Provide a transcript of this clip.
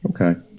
Okay